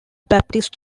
baptist